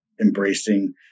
embracing